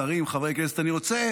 שרים, חברי כנסת, אני רוצה